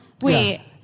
Wait